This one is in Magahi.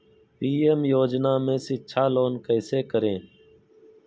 पी.एम योजना में शिक्षा लोन कैसे करें?